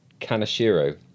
kanashiro